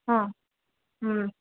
ಹಾಂ ಹ್ಞೂ